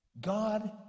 God